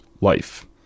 life